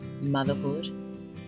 motherhood